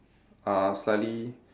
uh slightly